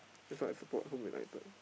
that's why I support Home-United